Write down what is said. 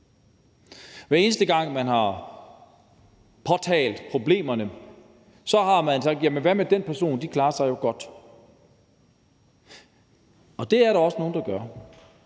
Hver eneste gang man har påtalt problemerne, er der blevet sagt: Jamen hvad med den person? Den person klarer sig jo godt! Og det er der også nogle, der gør.